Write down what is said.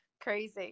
crazy